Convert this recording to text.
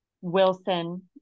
Wilson